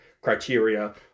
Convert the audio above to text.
criteria